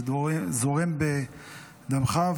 זה זורם בדמך.